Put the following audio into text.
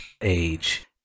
age